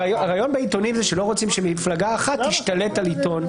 הרעיון בעיתונים הוא שלא רוצים שמפלגה אחת תשתלט על עיתון.